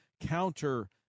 counter